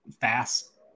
fast